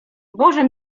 boże